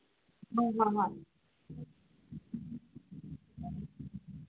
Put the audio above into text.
ꯑ ꯑ